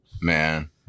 Man